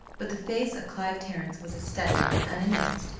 but the face of clive terrence was a study when, unannounced,